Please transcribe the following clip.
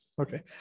Okay